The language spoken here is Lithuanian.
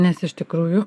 nes iš tikrųjų